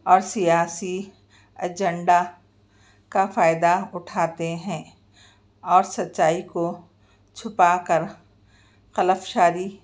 اور سیاسی اجنڈا کا فائدہ اٹھاتے ہیں اور سچائی کو چھپا کر خلفشاری